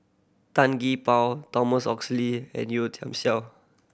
Tan Gee Paw Thomas Oxley and Yeo Tiam Siew